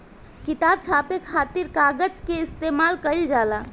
किताब छापे खातिर कागज के इस्तेमाल कईल जाला